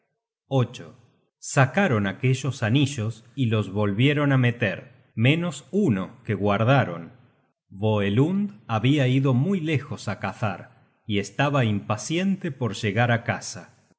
correa sacaron aquellos anillos y los volvieron á meter menos uno que guardaron voelund habia ido muy lejos á cazar y estaba impaciente por llegar á casa